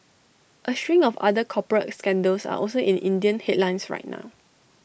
A string of other corporate scandals are also in Indian headlines right now